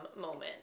moment